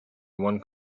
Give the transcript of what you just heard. one